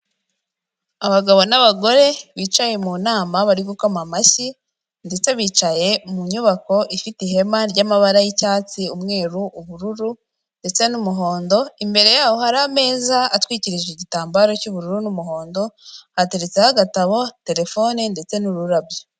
Abagabo n'abagore bicaye mu nama bari gukoma amashyi ndetse bicaye mu nyubako ifite ihema ryamabara y'icyatsi umweru ,ubururu ndetse n'umuhondo imbere yaho hari ameza atwikirije igitambaro cy'ubururu n'umuhondo ateretseho agatabo terefone ndetse n'ururabyo .